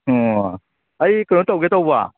ꯑꯣ ꯑꯩ ꯀꯩꯅꯣꯇꯧꯒꯦ ꯇꯧꯕꯅꯦ